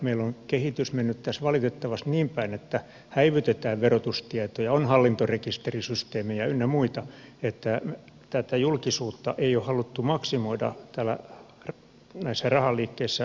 meillä on kehitys mennyt tässä valitettavasti niinpäin että häivytetään verotustietoja on hallintorekisterisysteemejä ynnä muita että tätä julkisuutta ei ole haluttu maksimoida näissä rahan liikkeissä muutoinkaan